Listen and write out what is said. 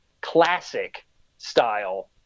classic-style